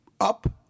up